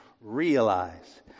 Realize